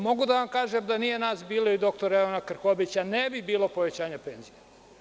Mogu da vam kažem, da nije nas bilo i dr Jovana Krkobabića, ne bi bilo povećanje penzija.